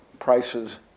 prices